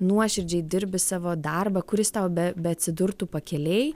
nuoširdžiai dirbi savo darbą kuris tau be beatsidurtų pakelėj